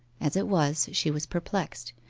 as it was, she was perplexed,